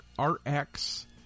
RX